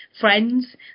friends